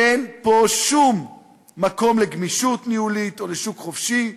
אין פה שום מקום לגמישות ניהולית או לשוק חופשי.